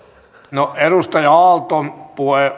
edustaja aalto